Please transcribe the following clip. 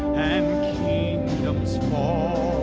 and kingdoms fall